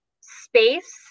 space